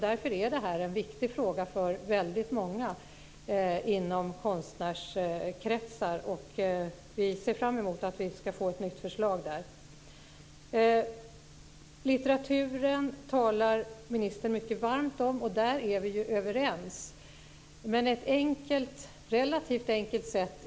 Därför är det här en viktig fråga för väldigt många inom konstnärskretsarna. Vi ser fram emot att vi ska få ett nytt förslag när det gäller det här. Ministern talar mycket varmt om litteraturen. I det avseendet är vi överens.